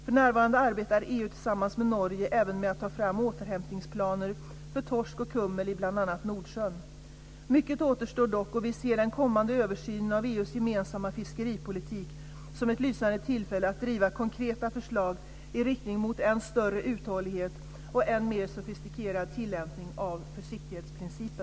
För närvarande arbetar EU tillsammans med Norge även med att ta fram återhämtningsplaner för torsk och kummel i bl.a. Nordsjön. Mycket återstår dock och vi ser den kommande översynen av EU:s gemensamma fiskeripolitik som ett lysande tillfälle att driva konkreta förslag i riktning mot än större uthållighet och än mer sofistikerad tillämpning av försiktighetsprincipen.